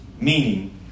meaning